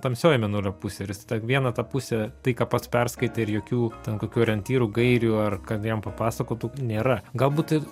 tamsioji mėnulio pusė ir jis tą vieną tą pusę tai ką pats perskaitė ir jokių ten kokių orientyrų gairių ar kad jam papasakotų nėra galbūt